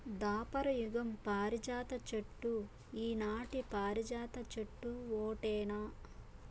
దాపర యుగం పారిజాత చెట్టు ఈనాటి పారిజాత చెట్టు ఓటేనా